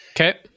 Okay